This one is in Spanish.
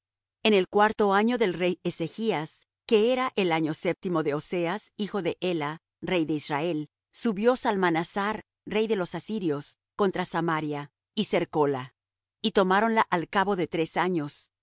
en el cuarto año del rey ezechas que era el año séptimo de oseas hijo de ela rey de israel subió salmanasar rey de los asirios contra samaria y cercóla y tomáronla al cabo de tres años